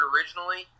originally